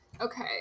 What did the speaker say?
Okay